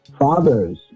fathers